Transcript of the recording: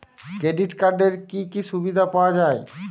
Credit কার্ডের কি কি সুবিধা পাওয়া যায়?